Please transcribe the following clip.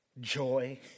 joy